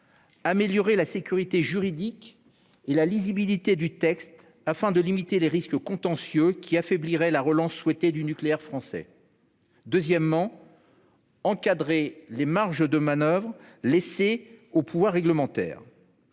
améliorer la sécurité juridique et la lisibilité du texte, afin de limiter les risques contentieux qui affaibliraient la relance souhaitée du nucléaire français ; deuxièmement, encadrer les marges laissées au pouvoir réglementaire.